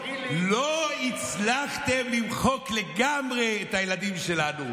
תגיד, מישהו דיבר פה על החרדים?